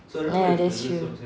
ya that's true